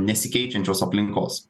nesikeičiančios aplinkos